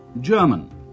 German